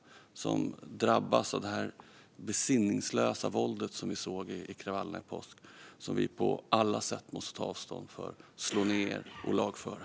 Det är de som drabbas av det besinningslösa våld som vi såg i kravallerna i påskas och som vi på alla sätt måste ta avstånd ifrån, slå ned och lagföra.